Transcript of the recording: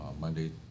Monday